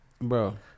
Bro